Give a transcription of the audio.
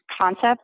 concept